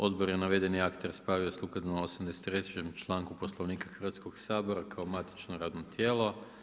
Odbor je navedeni akt raspravio sukladno 83. članku Poslovnika Hrvatskog sabora kao matično radno tijelo.